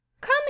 Come